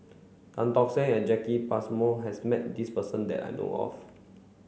Tan Tock Seng and Jacki Passmore has met this person that I know of